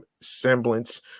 semblance